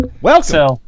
Welcome